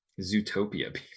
Zootopia